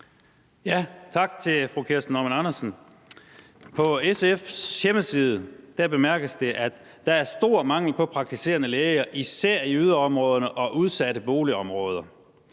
Tak til fru Kirsten Normann Andersen. På SF's hjemmeside bemærkes det, at der er stor mangel på praktiserende læger, især i yderområder og udsatte boligområder.